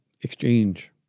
exchange